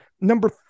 number